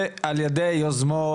שעל ידי יוזמות,